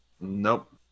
Nope